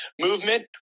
movement